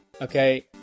Okay